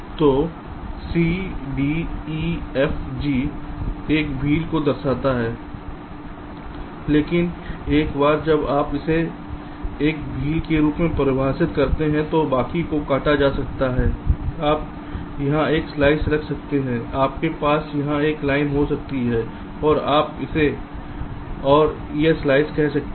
तो c d e f g एक wheel को दर्शाते है लेकिन एक बार जब आप इसे एक व्हील के रूप में परिभाषित करते हैं तो बाकी को कटा जा सकता है आप यहां एक स्लाइस रख सकते हैं आपके पास यहां एक स्लाइस हो सकती है और आप इसे और यह स्लाइस कर सकते हैं